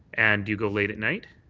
and you go late at night?